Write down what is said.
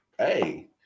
Hey